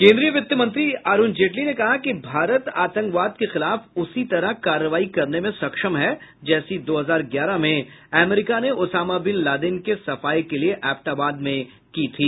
केन्द्रीय वित्त मंत्री अरुण जेटली ने कहा कि भारत आतंकवाद के खिलाफ उसी तरह कार्रवाई करने में सक्षम है जैसी दो हजार ग्यारह में अमरीका ने ओसामा बिन लादेन के सफाए के लिए एबटाबाद में की थी